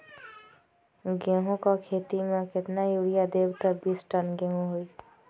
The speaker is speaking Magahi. गेंहू क खेती म केतना यूरिया देब त बिस टन गेहूं होई?